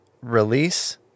Release